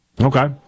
Okay